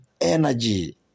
energy